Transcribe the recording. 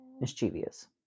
mischievous